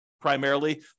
primarily